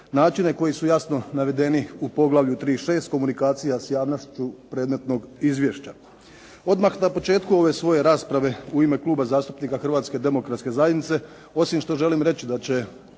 načine koji su jasno navedeni u poglavlju 3,6 Komunikacija s javnošću predmetnog izvješća. Odmah na početku ove svoje rasprave u ime Kluba zastupnika Hrvatske demokratske zajednice osim što želim reći da će